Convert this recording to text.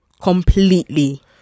completely